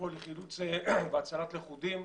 לפעול לחילוץ והצלת לכודים,